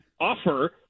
offer